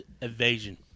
evasion